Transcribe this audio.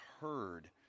heard